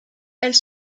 elles